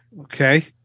Okay